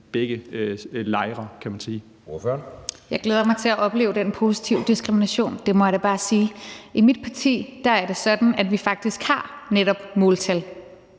18:25 Rosa Lund (EL): Jeg glæder mig til at opleve den positive diskrimination. Det må jeg da bare sige. I mit parti er det sådan, at vi faktisk netop har måltal,